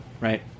Right